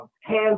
hands